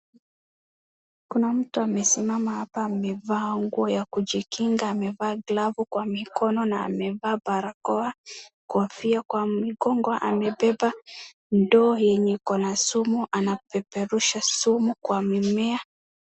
Kuna mtu amesimama hapa amevaa nguo ya kujikinga, amevaa glavu kwa mikono na amevaa barakoa, kofia kwa mgongo amebeba ndoo yenye iko na sumu. Anapeperusha sumu kwa mimea.